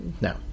No